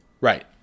Right